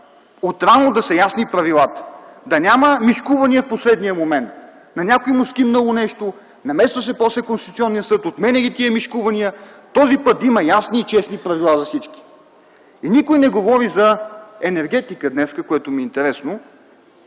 отрано да са ясни правилата, да няма мишкувания в последния момент – на някой му скимнало нещо, после се намесва Конституционният съд, отменя тези мишкувания. Този път да има ясни и честни правила за всички. И никой не говори за енергетика днес, което ми е интересно.